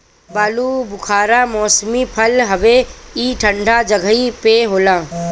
आलूबुखारा मौसमी फल हवे ई ठंडा जगही पे होला